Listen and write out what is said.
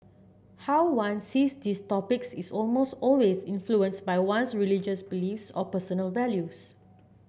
how one sees these topics is almost always influenced by one's religious beliefs or personal values